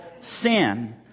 sin